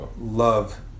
Love